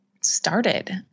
started